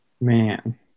Man